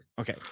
Okay